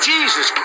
Jesus